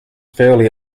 fairly